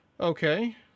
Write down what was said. Okay